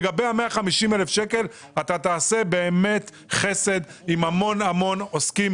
לגבי ה-150,000 ₪: אתה תעשה חסד עם המון עוסקים